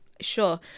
Sure